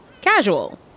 casual